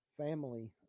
family